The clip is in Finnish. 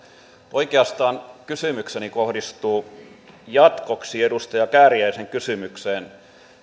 oikeastaan kysymykseni kohdistuu jatkoksi edustaja kääriäisen kysymykseen